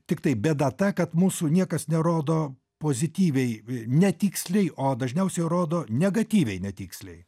tiktai bėda ta kad mūsų niekas nerodo pozityviai netiksliai o dažniausiai rodo negatyviai netiksliai